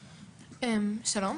שלום,